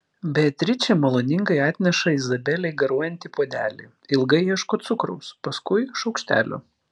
beatričė maloningai atneša izabelei garuojantį puodelį ilgai ieško cukraus paskui šaukštelio